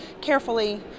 carefully